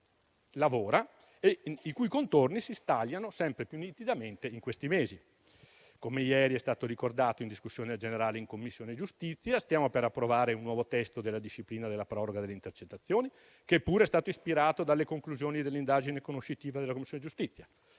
lavora e i cui contorni si stagliano sempre più nitidamente in questi mesi. Come ieri è stato ricordato in discussione generale in Commissione giustizia, stiamo per approvare un nuovo testo della disciplina della proroga delle intercettazioni, che pure è stato ispirato dalle conclusioni dell'indagine conoscitiva della Commissione giustizia.